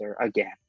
again